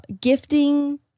gifting